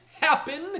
happen